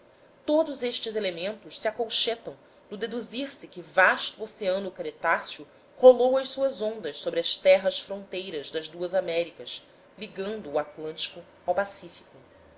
todos estes elementos se acolchetam no deduzir se que vasto oceano cretáceo rolou as suas ondas sobre as terras fronteiras das duas américas ligando o atlântico ao pacífico